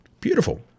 Beautiful